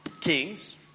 kings